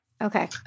okay